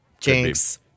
Jinx